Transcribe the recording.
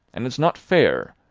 and it's not fair.